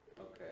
Okay